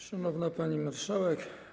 Szanowna Pani Marszałek!